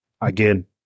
Again